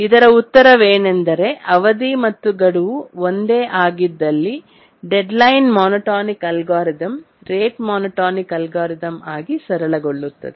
ಇದರ ಉತ್ತರವೇನೆಂದರೆ ಅವಧಿ ಮತ್ತು ಗಡುವು ಒಂದೇ ಆಗಿದ್ದಲ್ಲಿ deadline monotonic algorithm rate monotonic algorithm ಆಗಿ ಸರಳಗೊಳ್ಳುತ್ತದೆ